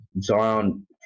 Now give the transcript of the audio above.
Zion